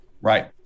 Right